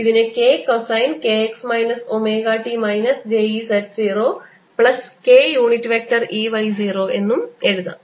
ഇതിനെ k cosine k x minus omega t minus j E z 0 plus k unit vector E y 0 എന്ന് എഴുതാം